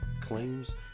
claims